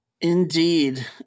Indeed